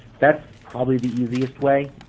that's probably the easiest way.